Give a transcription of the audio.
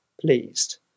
pleased